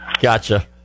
Gotcha